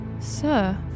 Sir